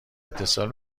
اتصال